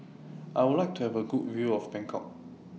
I Would like to Have A Good View of Bangkok